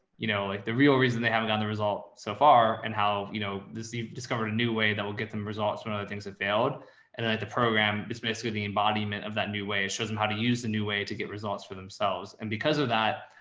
you know, like the real reason they haven't gotten um the result so far and how, you know, this you've discovered a new way that will get them results. one of the things that failed and and then the program is basically the embodiment of that new way. it shows them how to use the new way to get results for themselves. and because of that,